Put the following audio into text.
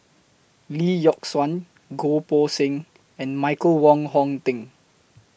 Lee Yock Suan Goh Poh Seng and Michael Wong Hong Teng